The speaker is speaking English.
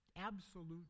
absolute